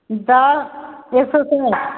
दो बीस रुपया